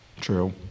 true